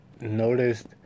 noticed